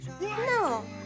No